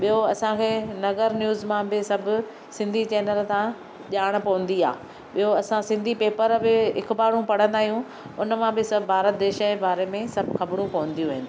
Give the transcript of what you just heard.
ॿियो असांखे नगर न्यूज़ मां बि सभु सिंधी चैनल तां ॼाण पवंदी आहे ॿियो असां सिंधी पेपर बि हिकु बार पढ़ंदा आहियूं हुन मां बि सभु भारत देश जे बारे में सभु ख़बरूं पवंदियूं आहिनि